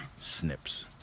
snips